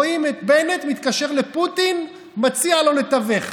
רואים את בנט מתקשר לפוטין ומציע לו לתווך.